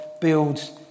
builds